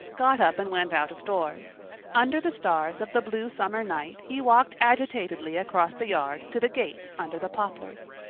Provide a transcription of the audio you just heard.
got up and went out-of-doors. under the stars of the blue summer night he walked agitatedly across the yard to the gate under the poplars.